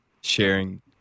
sharing